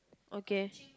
okay